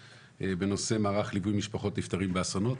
בנושא מערך ליווי משפחות נפטרים ואסונות.